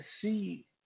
see